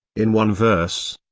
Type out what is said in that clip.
in one verse,